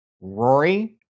Rory